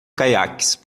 caiaques